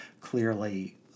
clearly